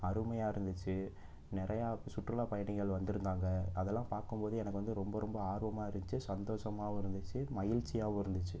அருமையாக இருந்துச்சு நிறைய சுற்றுலா பயணிகள் வந்திருந்தாங்க அதெல்லாம் பார்க்கும்போது எனக்கு வந்து ரொம்ப ரொம்ப ஆர்வமாக இருந்துச்சு சந்தோஷமாகவும் இருந்துச்சு மகிழ்ச்சியாவும் இருந்துச்சு